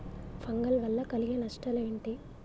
Fungal వల్ల కలిగే నష్టలేంటి?